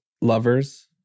lovers